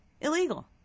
illegal